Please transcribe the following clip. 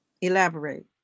Elaborate